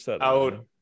out